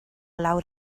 lawr